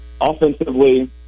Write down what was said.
offensively